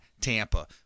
Tampa